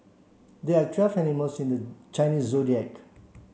there are twelve animals in the Chinese Zodiac